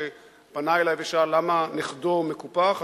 שפנה אלי ושאל למה נכדו מקופח.